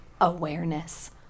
awareness